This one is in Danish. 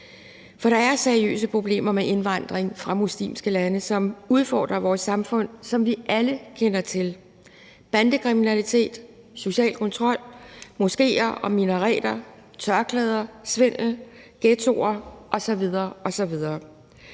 For der er seriøse problemer med indvandringen fra muslimske lande, som udfordrer vores samfund, og som vi alle kender til: bandekriminalitet, social kontrol, moskéer og minareter, tørklæder, svindel, ghettoer osv. osv.